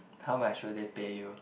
how much should they pay you